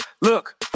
Look